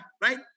right